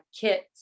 kits